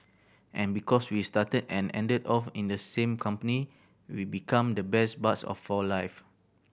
and because we started and ended off in the same company we become the best buds of for life